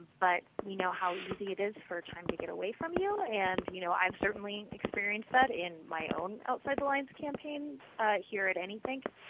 but we know how easy it is for time to get away from you and you know i've certainly experienced that in my own outside the lines campaigns here at any think.